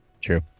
True